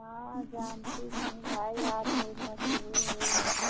हाँ जानती हूँ भाई आप बहुत मशहूर हो